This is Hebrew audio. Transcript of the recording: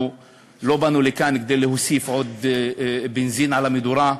לא באנו לכאן כדי להוסיף בנזין למדורה.